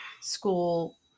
school